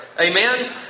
Amen